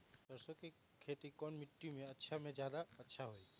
सरसो के खेती कौन मिट्टी मे अच्छा मे जादा अच्छा होइ?